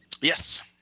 Yes